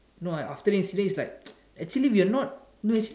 no after this incident is like actually we're not no actually